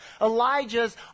Elijah's